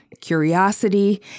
curiosity